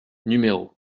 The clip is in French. numéros